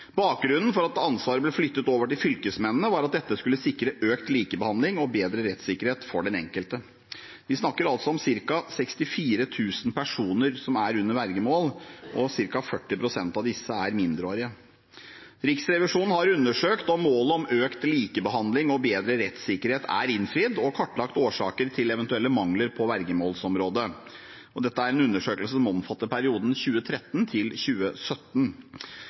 Bakgrunnen for at ansvaret ble flyttet over til fylkesmennene, var at dette skulle sikre økt likebehandling og bedre rettssikkerhet for den enkelte. Vi snakker altså om ca. 64 000 personer som er under vergemål, og ca. 40 pst. av disse er mindreårige. Riksrevisjonen har undersøkt om målet om økt likebehandling og bedre rettssikkerhet er innfridd, og har kartlagt årsaker til eventuelle mangler på vergemålsområdet. Dette er en undersøkelse som omfatter perioden 2013 til 2017.